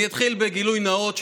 אני אתחיל בגילוי נאות,